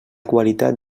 qualitat